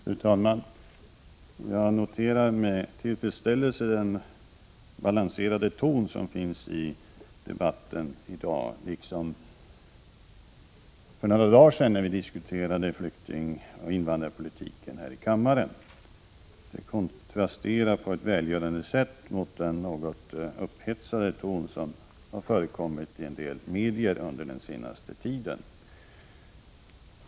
Fru talman! Jag noterar med tillfredsställelse den balanserade tonen i debatten i dag, liksom då vi diskuterade flyktingoch invandrarpolitiken för några dagar sedan här i kammaren. Den kontrasterar på ett välgörande sätt mot den något upphetsade ton som förekommit i en del medier under den senaste tiden.